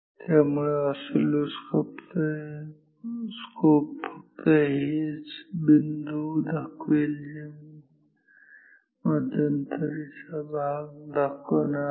त्यामुळे ऑसिलोस्कोप फक्त हेच बिंदू दाखवेल ते मध्यंतरी चा भाग दर्शविणार नाही